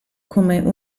come